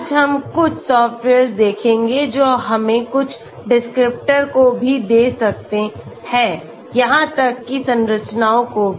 आज हम कुछ सॉफ्टवेयर्स देखेंगे जो हमें कुछ descriptors को भी दे सकते हैं यहां तक कि संरचनाओं को भी